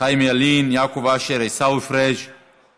חיים ילין, יעקב אשר, עיסאווי פריג';